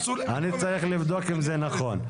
אני צריך לבדוק אם זה נכון.